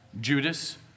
Judas